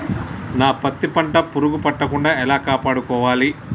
నా పత్తి పంట పురుగు పట్టకుండా ఎలా కాపాడుకోవాలి?